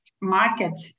market